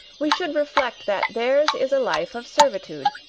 we should reflect that theirs is a life of servitude,